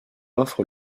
offre